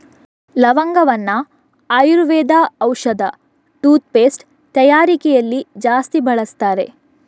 ಲವಂಗವನ್ನ ಆಯುರ್ವೇದ ಔಷಧ, toothpaste ತಯಾರಿಕೆಯಲ್ಲಿ ಜಾಸ್ತಿ ಬಳಸ್ತಾರೆ